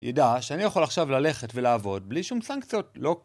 ידע שאני יכול עכשיו ללכת ולעבוד בלי שום סנקציות, לא?